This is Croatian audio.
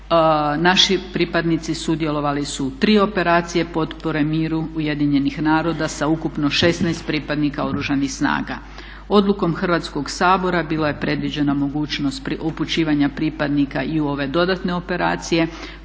naši pripadnici sudjelovali su u tri operacije potpore miru Ujedinjenih naroda sa ukupno 16 pripadnika Oružanih snaga. Odlukom Hrvatskog sabora bila je predviđena mogućnost upućivanja pripadnika i u ove dodatne operacije,